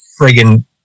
friggin